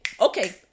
okay